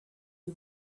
que